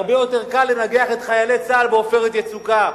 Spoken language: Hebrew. הרבה יותר קל לנגח את חיילי צה"ל ב"עופרת יצוקה",